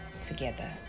together